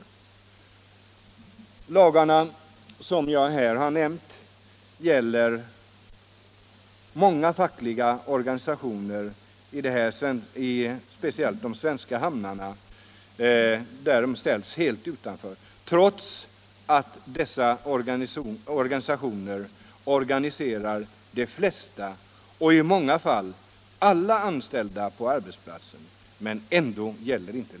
I de lagar som jag här har nämnt åsidosätts helt många fackliga organisationer i de svenska hamnarna, trots att dessa sammanslutningar organiserar de flesta — och i många fall alla — anställda på arbetsplatsen.